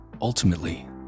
Ultimately